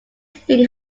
thing